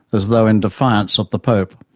as though in defiance of the pope.